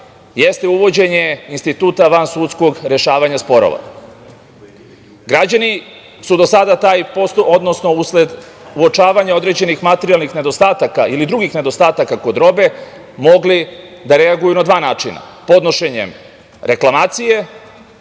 jeste uvođenje instituta vansudskog rešavanja sporova. Građani su do sada taj postupak, odnosno usled uočavanja određenih materijalnih nedostataka ili drugih nedostataka kod robe, mogli da reaguju na dva načina, podnošenjem reklamacije,